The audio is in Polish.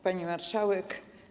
Pani Marszałek!